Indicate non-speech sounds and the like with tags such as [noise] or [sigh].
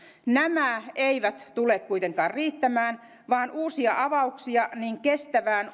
nämä eivät tule kuitenkaan riittämään vaan uusia avauksia niin kestävään [unintelligible]